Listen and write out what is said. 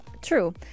True